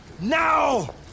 Now